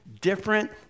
different